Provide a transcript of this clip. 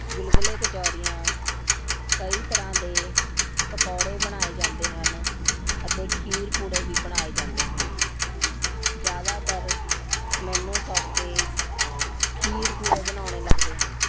ਗੁਲਗਲੇ ਕਚੌਰੀਆਂ ਕਈ ਤਰ੍ਹਾਂ ਦੇ ਪਕੌੜੇ ਬਣਾਏ ਜਾਂਦੇ ਹਨ ਅਤੇ ਖੀਰ ਪੂੜੇ ਵੀ ਬਣਾਏ ਜਾਂਦੇ ਹਨ ਜ਼ਿਆਦਾਤਰ ਮੈਨੂੰ ਸੌਖੇ ਖੀਰ ਪੂੜੇ ਬਣਾਉਣੇ ਲੱਗਦੇ ਹਨ